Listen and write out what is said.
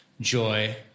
joy